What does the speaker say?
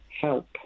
help